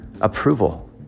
approval